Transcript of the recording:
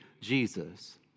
Jesus